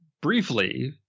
briefly